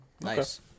Nice